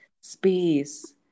space